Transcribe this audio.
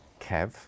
Kev